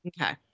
okay